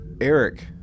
Eric